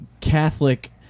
Catholic